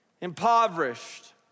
impoverished